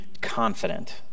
confident